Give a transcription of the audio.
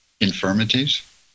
Infirmities